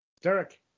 Derek